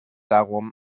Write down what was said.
darum